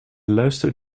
luistert